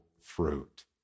fruit